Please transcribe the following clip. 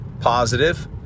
positive